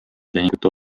tehingute